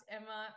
Emma